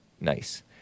Nice